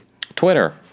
Twitter